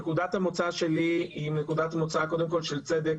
נקודת המוצא שלי היא נקודת מוצא קודם כל של צדק